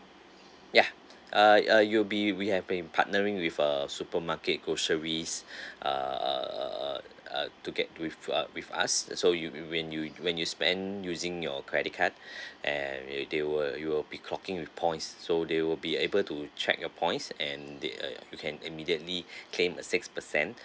ya uh uh you'll be we have been partnering with uh supermarket groceries uh uh uh uh uh to get with up with us so you when you when you spend using your credit card and uh they will you will be clocking with points so they will be able to check your points and they err you can immediately came a six percent